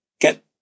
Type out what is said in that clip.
get